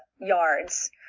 yards